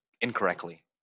incorrectly